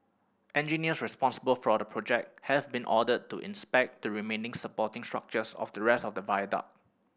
engineers responsible for the project has been ordered to inspect the remaining supporting structures of the rest of the viaduct